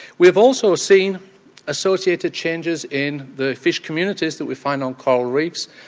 we've also seen associated changes in the fish communities that we find on coral reefs,